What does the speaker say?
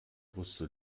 wusste